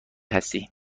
هستی